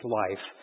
life